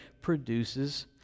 produces